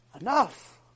Enough